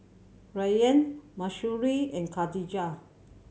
Rayyan Mahsuri and Khadija